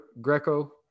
Greco